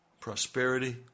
Prosperity